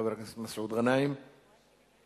חבר הכנסת מסעוד גנאים, בבקשה.